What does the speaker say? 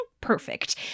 perfect